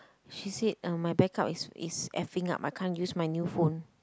she said um my backup is is F-ing up I can't use my new phone